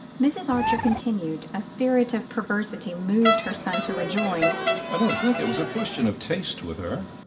mrs. archer continued. a spirit of perversity moved her son to rejoin i don't think it was a question of taste with her.